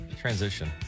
transition